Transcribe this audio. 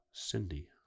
Cindy